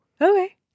okay